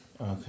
Okay